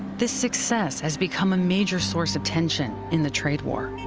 this success has become a major source of tension in the trade war.